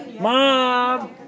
Mom